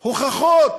הוכחות.